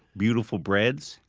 beautiful breads,